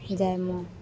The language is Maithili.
जाइमे